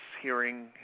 hearing